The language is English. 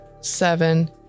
seven